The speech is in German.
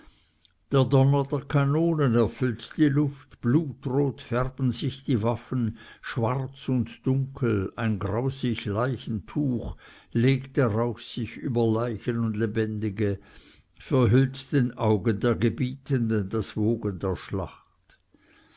der kanonen erfüllt die luft blutrot färben sich die waffen schwarz und dunkel ein grausig leichentuch legt der rauch sich über leichen und lebendige verhüllt den augen der gebietenden das wogen der schlacht